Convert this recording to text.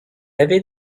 avait